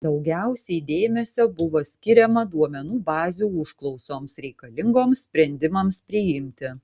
daugiausiai dėmesio buvo skiriama duomenų bazių užklausoms reikalingoms sprendimams priimti